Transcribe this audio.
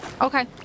Okay